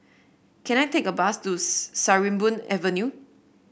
can I take a bus to Sarimbun Avenue